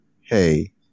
hey